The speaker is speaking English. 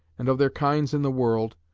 and of their kinds in the world,